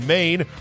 Maine